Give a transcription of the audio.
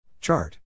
Chart